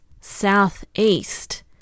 southeast